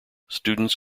students